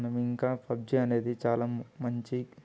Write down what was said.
మనం ఇంకా పబ్జి అనేది చాలా మంచి